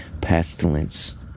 pestilence